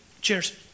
Cheers